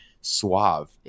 suave